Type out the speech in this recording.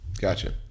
gotcha